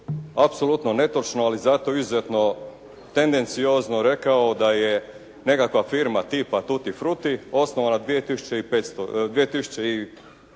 apsolutno netočno ali zato izuzetno tendenciozno rekao da je nekakva firma tipa «Tuti fruti» osnovana 2005.